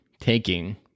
taking